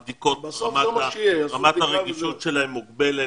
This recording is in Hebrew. הבדיקות, רמת הרגישות שלהן מוגבלת.